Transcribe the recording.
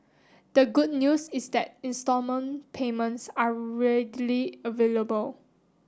the good news is that instalment payments are readily available